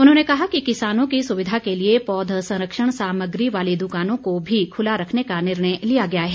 उन्होंने कहा कि किसानों की सुविधा के लिए पौध संरक्षण सामग्री वाली द्दकानों को भी खुला रखने का निर्णय लिया गया है